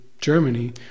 Germany